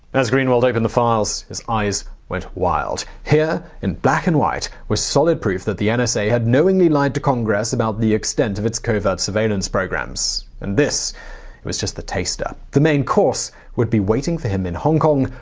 as greenwald opened the files, his eyes went wide. here, in black and white, was solid proof that the and nsa had knowingly lied to congress about the extent of its covert surveillance programs. and this was just the taster. the main course would be waiting for him in hong kong.